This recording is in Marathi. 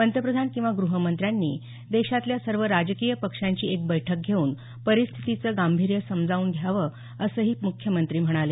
पंतप्रधान किंवा ग्रहमंत्र्यांनी देशातल्या सर्व राजकीय पक्षांची एक बैठक घेऊन परिस्थितीचं गांभीर्य समजावून सांगावं असंही मुख्यमंत्री म्हणाले